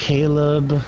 Caleb